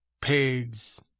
pigs